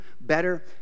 Better